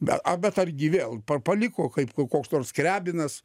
bet a bet argi vėl paliko kaip ko koks nors skriabinas